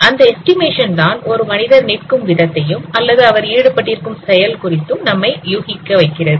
அந்த எஸ்டிமேஷன் தான் ஒரு மனிதர் நிற்கும் விதத்தையும் அல்லது அவர் ஈடுபட்டிருக்கும் செயல் குறித்தும் நம்மை யூகிக்க வைக்கிறது